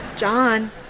John